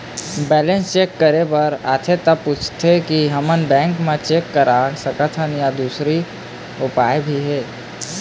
Balance check करे बर आथे ता पूछथें की हमन बैंक मा ही चेक करा सकथन या दुसर भी उपाय हे?